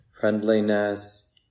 friendliness